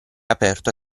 aperto